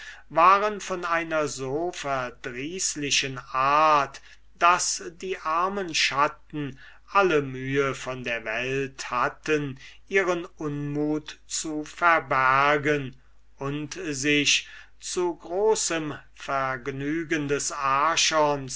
waren von einer so verdrießlichen art daß die armen schatten alle mühe von der welt hatten ihren unmut zu verbergen und sich zu großem vergnügen des